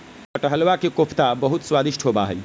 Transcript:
कटहलवा के कोफ्ता बहुत स्वादिष्ट होबा हई